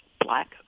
black